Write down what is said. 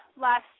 last